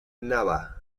nava